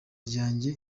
ryanjye